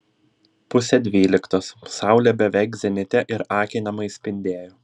pusė dvyliktos saulė beveik zenite ir akinamai spindėjo